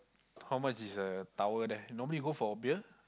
how much is a tower there normally go for a beer